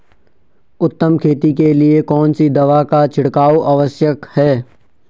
उत्तम खेती के लिए कौन सी दवा का छिड़काव आवश्यक है?